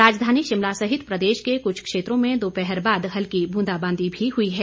राजधानी शिमला सहित प्रदेश के कुछ क्षेत्रों में दोपहर बाद हल्की बूंदाबांदी भी हुई है